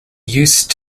used